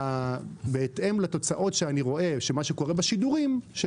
לפי התוצאות של מה שאני רואה שקורה בשידורים של